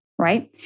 Right